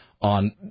on